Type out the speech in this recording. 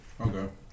Okay